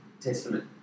testament